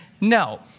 no